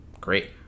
great